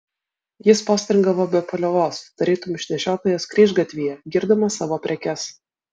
jis postringavo be paliovos tarytum išnešiotojas kryžgatvyje girdamas savo prekes